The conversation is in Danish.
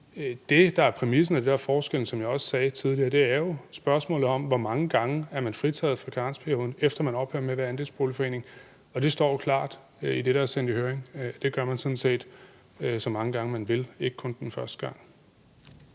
Det, der er præmissen, er jo – som jeg også sagde tidligere – spørgsmålet om, hvor mange gange man er fritaget for karensperioden, efter man er ophørt med at være andelsboligforening. Og det står jo klart i det, der er sendt i høring: Det gør man sådan set så mange gange, man vil, ikke kun den første gang.